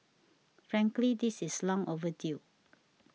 frankly this is long overdue